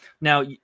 Now